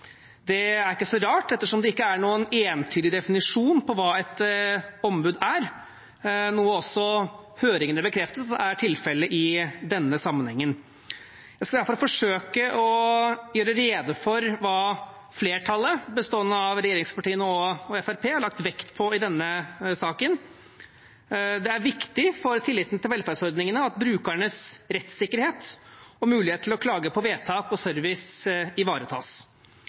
Det er ikke så rart, ettersom det ikke er noen entydig definisjon av hva et ombud er, noe også høringene bekreftet er tilfellet i denne sammenhengen. Jeg skal derfor forsøke å gjøre rede for hva flertallet, bestående av regjeringspartiene og Fremskrittspartiet, har lagt vekt på i denne saken. Det er viktig for tilliten til velferdsordningene at brukernes rettssikkerhet og mulighet til å klage på vedtak og service ivaretas.